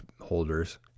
holders